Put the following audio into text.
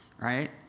right